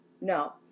no